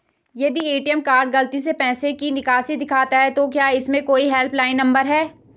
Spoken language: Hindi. यदि ए.टी.एम कार्ड गलती से पैसे की निकासी दिखाता है तो क्या इसका कोई हेल्प लाइन नम्बर है?